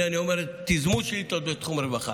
תיזמו שאילתות בתחום הרווחה,